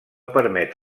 permet